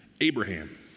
Abraham